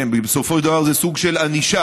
בסופו של דבר זה סוג של ענישה,